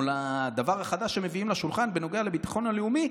או לדבר החדש שמביאים לשולחן בנוגע לביטחון הלאומי,